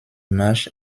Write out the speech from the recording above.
match